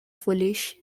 foolish